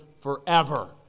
forever